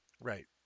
Right